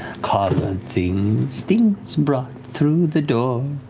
collared things, things brought through the door.